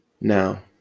Now